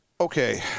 Okay